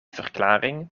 verklaring